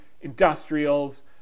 industrials